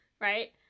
right